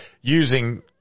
using